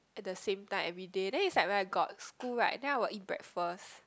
at the same time everyday then it's like when I got school right then I will eat breakfast